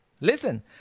Listen